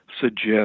suggest